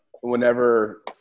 whenever